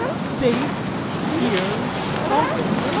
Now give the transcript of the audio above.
stays here longer.